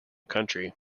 country